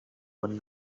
would